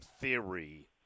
theory